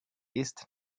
ist